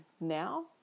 now